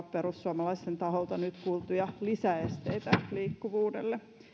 perussuomalaisten taholta nyt kuultuja lisäesteitä liikkuvuudelle